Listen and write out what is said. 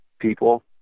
people